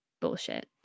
bullshit